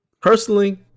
personally